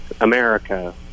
America